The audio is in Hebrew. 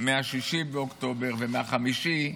מ-6 באוקטובר ומ-5.